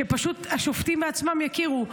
שפשוט השופטים בעצמם יכירו?